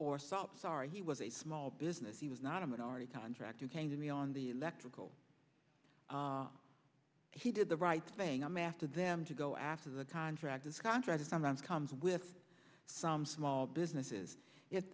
stop sorry he was a small business he was not a minority contractor came to me on the electrical he did the right thing i'm after them to go after the contractors contractors sometimes comes with from small businesses